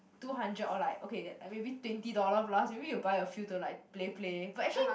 two hundred or like okay maybe twenty dollar plus maybe you buy a few to like play play but actually